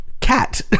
cat